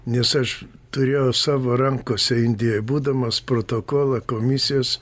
nes aš turėjo savo rankose indijoj būdamas protokolą komisijos